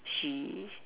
she